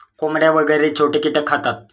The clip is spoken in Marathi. कोंबड्या वगैरे छोटे कीटक खातात